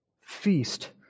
feast